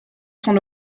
son